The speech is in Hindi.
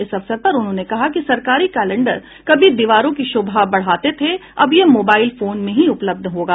इस अवसर पर उन्होंने कहा कि सरकारी कैलेंडर कभी दीवारों की शोभा बढाते थे अब ये मोबाइल फोन में ही उपलब्ध होगा